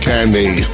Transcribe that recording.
Candy